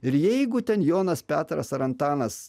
ir jeigu ten jonas petras ar antanas